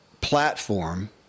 platform